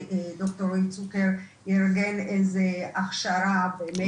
וד"ר רועי צוקר ארגן איזו השכרה.